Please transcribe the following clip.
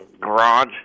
garage